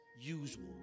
usual